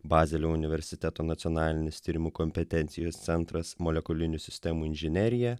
bazelio universiteto nacionalinis tyrimų kompetencijos centras molekulinių sistemų inžinerija